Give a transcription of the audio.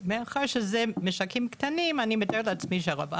מאחר שאלה משקים קטנים, אני מתארת לעצמי שהרוב.